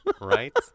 Right